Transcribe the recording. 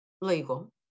legal